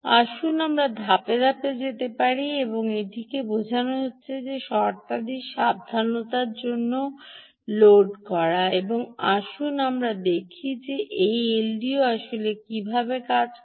আসুন আমরা ধাপে ধাপে যেতে পারি এবং এটি বোঝা যাচ্ছে শর্তাদি সাবধানতার সাথে লোড করা এবং আসুন আমরা দেখি যে এই এলডিও আসলে কীভাবে কাজ করে